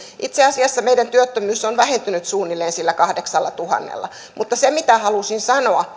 itse asiassa meidän työttömyys on vähentynyt suunnilleen sillä kahdeksallatuhannella mutta se mitä halusin sanoa